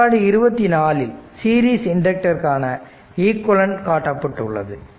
சமன்பாடு 24 இல் சீரிஸ் இண்டக்டருக்கான ஈக்விவலெண்ட் காட்டப்பட்டுள்ளது